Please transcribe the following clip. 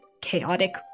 chaotic